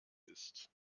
ist